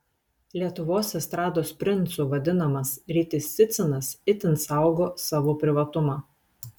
lietuvos estrados princu vadinamas rytis cicinas itin saugo savo privatumą